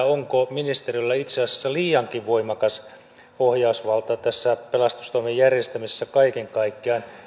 onko ministeriöllä liiankin voimakas ohjausvalta tässä pelastustoimen järjestämisessä kaiken kaikkiaan